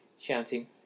shouting